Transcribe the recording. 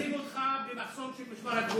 עוצרים אותך במחסום של משמר הגבול,